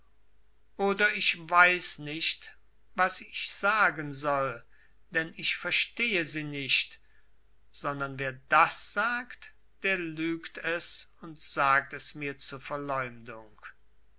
oder ich weiß nicht was ich sagen soll denn ich verstehe sie nicht sondern wer das sagt der lügt es und sagt es mir zur verleumdung